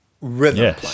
rhythm